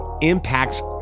impacts